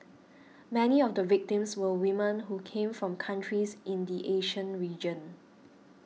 many of the victims were women who came from countries in the Asian region